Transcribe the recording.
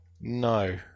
No